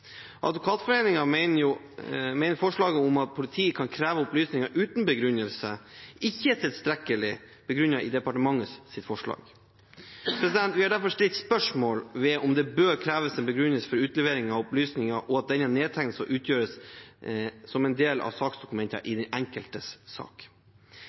forslaget om at politiet kan kreve opplysninger uten begrunnelse ikke er tilstrekkelig begrunnet i departementets forslag. Vi har derfor stilt spørsmål ved om det bør kreves en begrunnelse for utlevering av opplysninger, og at denne nedtegnes og utgjør en del av saksdokumentene i den enkelte sak.